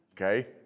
Okay